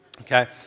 Okay